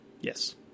Yes